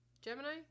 Gemini